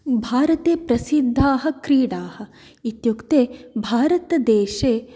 भारते प्रसिद्धाः क्रीडाः इत्युक्ते भारतदेशे